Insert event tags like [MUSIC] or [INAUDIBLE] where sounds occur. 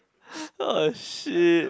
[LAUGHS] !oh shit!